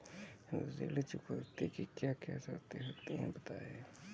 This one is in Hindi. ऋण चुकौती की क्या क्या शर्तें होती हैं बताएँ?